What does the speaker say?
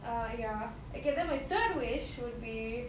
err ya okay then my third wish would be